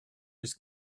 was